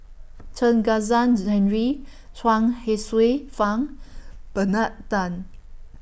Chen Kezhan's Henri Chuang Hsueh Fang Bernard Tan